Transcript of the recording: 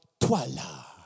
Twala